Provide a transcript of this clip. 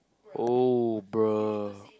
oh bruh